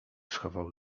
schował